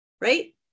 right